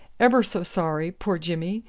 ebber so sorry, poor jimmy.